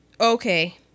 okay